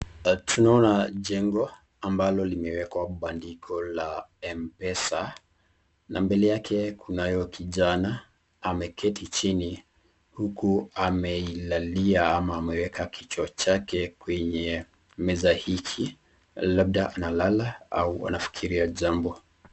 Tunaona jengo ambalo limewekwa bandiko la Mpesa na mbele yake kunayo kijana ameketi chini huku ameilalia ama ameweka kichwa chake kwenye meza hiki labda nalala au anafikiria jambo.